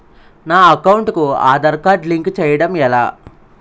నా అకౌంట్ కు Aadhaar card link చేయడం ఎలా?